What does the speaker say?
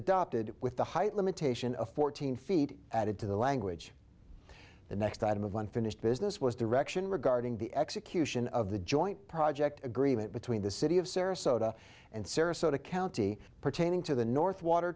adopted with the height limitation of fourteen feet added to the language the next item of unfinished business was direction regarding the execution of the joint project agreement between the city of sarasota and sarasota county pertaining to the north water